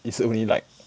it's only like